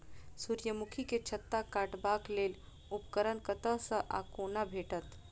सूर्यमुखी केँ छत्ता काटबाक लेल उपकरण कतह सऽ आ कोना भेटत?